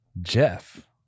Jeff